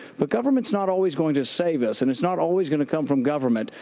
but government is not always going to save us and it's not always going to come from government.